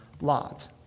Lot